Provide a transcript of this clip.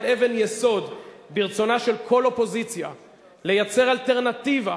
הן אבן יסוד ברצונה של כל אופוזיציה לייצר אלטרנטיבה,